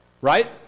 right